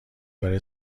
برای